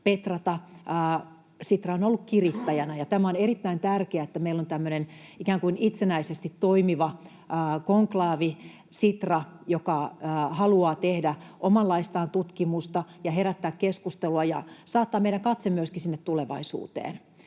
Sitra on ollut kirittäjänä, ja on erittäin tärkeää, että meillä on tämmöinen ikään kuin itsenäisesti toimiva konklaavi, Sitra, joka haluaa tehdä omanlaistaan tutkimusta ja herättää keskustelua ja saattaa meidän katseemme myöskin sinne tulevaisuuteen.